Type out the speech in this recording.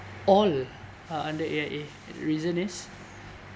all are under A_I_A reason is